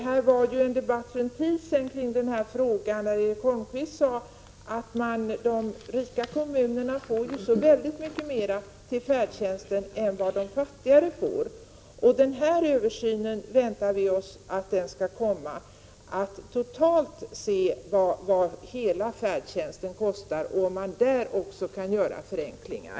För en tid sedan fördes en debatt i denna fråga där Erik Holmkvist sade att de rika kommunerna får så väldigt mycket mera till färdtjänsten än de fattigare. Vi väntar oss att den översyn som nu görs skall komma att visa vad hela färdtjänsten kostar och om man där kan göra förenklingar.